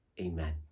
Amen